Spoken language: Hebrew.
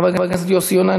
חבר הכנסת יוסי יונה,